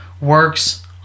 works